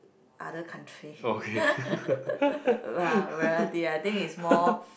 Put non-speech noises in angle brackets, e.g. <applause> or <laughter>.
other country <laughs> variety I think is more